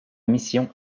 mission